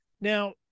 Now